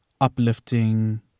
uplifting